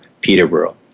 Peterborough